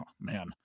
man